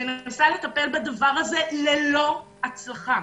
מנסה לטפל בדבר הזה ללא הצלחה.